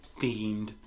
themed